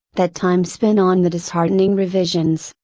that time spent on the disheartening revisions,